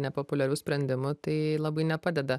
nepopuliarių sprendimų tai labai nepadeda